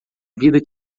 vida